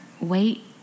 wait